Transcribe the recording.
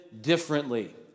differently